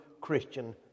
Christian